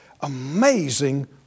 amazing